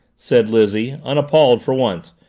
said lizzie, unappalled for once.